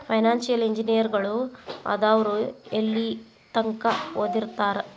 Financial ಇಂಜಿನಿಯರಗಳು ಆದವ್ರು ಯೆಲ್ಲಿತಂಕಾ ಓದಿರ್ತಾರ?